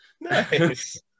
Nice